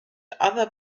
other